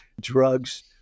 drugs